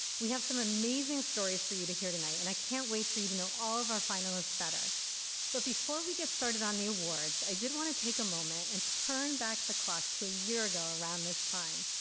we have some amazing stories for you to hear tonight and i can't wait for you to know all of our finalists better but before we get started on the awards i did want to take a moment and turn back the clock to a year ago around this time.